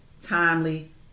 timely